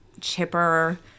chipper